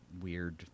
weird